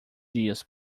dias